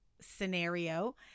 scenario